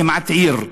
כמעט עיר.